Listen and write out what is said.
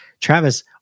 Travis